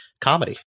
comedy